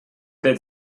that